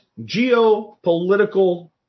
geopolitical